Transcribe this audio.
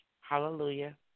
Hallelujah